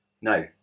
Now